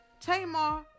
Tamar